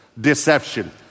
Deception